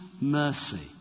mercy